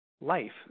life